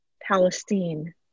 Palestine